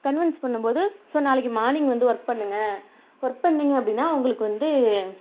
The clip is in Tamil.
கன்வென்ஸ் பண்ணும் போது ஸோ நாளைக்கு மார்னிங் வந்து ஒர்க் பண்ணுங்கள் ஒர்க் பண்ணிங்கள் அப்படின்னா உங்களுக்கு வந்து